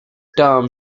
term